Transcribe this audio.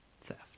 theft